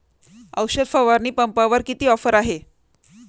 औषध फवारणी पंपावर किती ऑफर आहे?